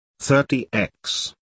30x